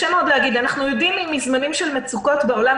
אנחנו יודעים מזמנים של מצוקות בעולם,